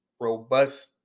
robust